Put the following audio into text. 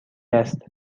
است